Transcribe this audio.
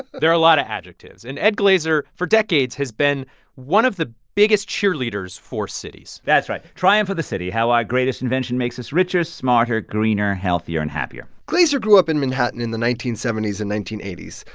there are a lot of adjectives. and ed glaeser, for decades, has been one of the biggest cheerleaders for cities that's right. triumph of the city how our greatest invention makes us richer, smarter, greener, healthier, and happier. glaeser grew up in manhattan in the nineteen seventy s and nineteen eighty s,